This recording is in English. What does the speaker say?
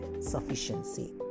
sufficiency